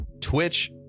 Twitch